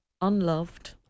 unloved